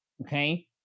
okay